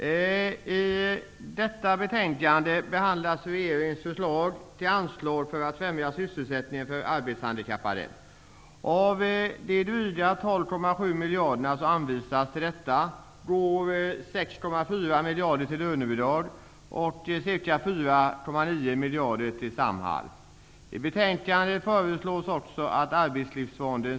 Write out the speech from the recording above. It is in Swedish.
Fru talman! I detta betänkande behandlas regeringens förslag till anslag för att främja sysselsättningen för arbetshandikappade. Av de dryga 12,7 miljarder som föreslås anvisas till detta går 6,4 miljarder till lönebidrag och ca 4,9 miljader till Samhall. I betänkandet föreslås också att Fru talman!